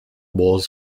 bros